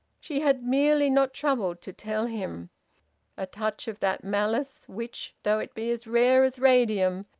she had merely not troubled to tell him a touch of that malice which, though it be as rare as radium,